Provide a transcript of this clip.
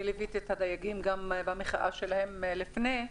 ליוויתי את הדייגים גם במחאה שלהם לפני,